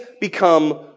become